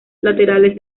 laterales